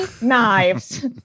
knives